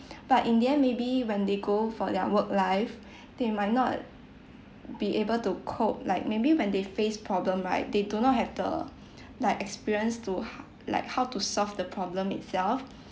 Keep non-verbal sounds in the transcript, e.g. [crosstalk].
but in the end maybe when they go for their work life they might not be able to cope like maybe when they face problem right they do not have the [noise] like experience to ho~ like how to solve the problem itself